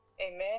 Amen